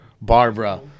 Barbara